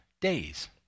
days